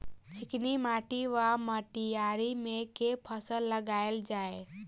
चिकनी माटि वा मटीयारी मे केँ फसल लगाएल जाए?